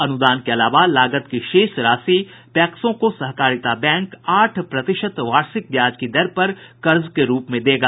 अनुदान के अलावा लागत की शेष राशि पैक्सों को सहकारिता बैंक आठ प्रतिशत वार्षिक ब्याज की दर पर कर्ज के रूप में देगा